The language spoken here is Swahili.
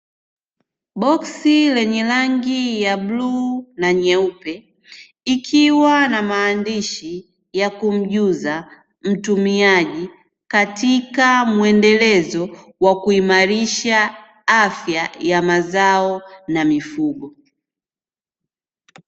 Boksi lenye rangi ya bluu na nyeupe, likiwa na maandishi ya kumjuza mtumiaji katika mwendelezo wa kuimarisha afya ya mazao na mifugo.